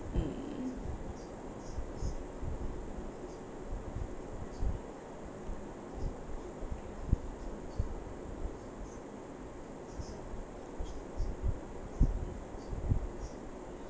mm